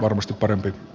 arvoisa puhemies